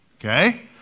okay